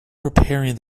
preparing